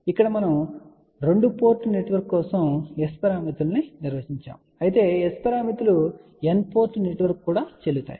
ఇక్కడ మనము 2 port network కోసం S పారామితులను నిర్వచించాము అయితే S పారామితులు n పోర్ట్ నెట్వర్క్కు కూడా చెల్లుతాయి